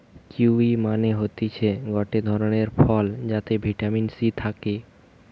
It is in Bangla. কিউয়ি মানে হতিছে গটে ধরণের ফল যাতে ভিটামিন সি থাকে